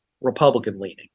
Republican-leaning